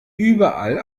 überall